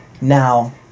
Now